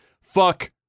fuck